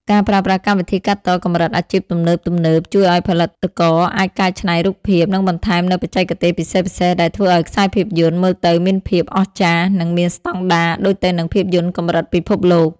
ការប្រើប្រាស់កម្មវិធីកាត់តកម្រិតអាជីពទំនើបៗ ជួយឱ្យផលិតករអាចកែច្នៃរូបភាព និងបន្ថែមនូវបច្ចេកទេសពិសេសៗដែលធ្វើឱ្យខ្សែភាពយន្តមើលទៅមានភាពអស្ចារ្យ និងមានស្ដង់ដារដូចទៅនឹងភាពយន្តកម្រិតពិភពលោក។